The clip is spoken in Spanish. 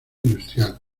industrial